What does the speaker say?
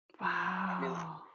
Wow